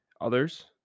others